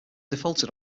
defaulted